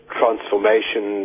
transformation